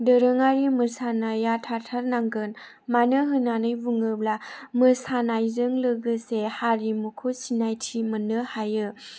दोरोंआरि मोसानाया थाथारनांगोन मानो होननानै बुङोब्ला मोसानायजों लोगोसे हारिमुखौ सिनायथि मोननो हायो